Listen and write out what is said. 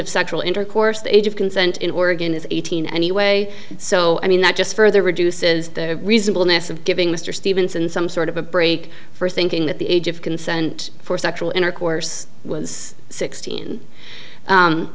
sexual intercourse the age of consent in oregon is eighteen anyway so i mean that just further reduces the reasonableness of giving mr stevenson some sort of a break for thinking that the age of consent for sexual intercourse was sixteen